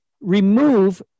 remove